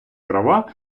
права